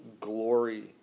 glory